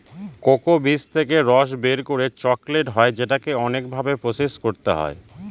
cocoa বীজ থেকে রস বের করে চকলেট হয় যেটাকে অনেক ভাবে প্রসেস করতে হয়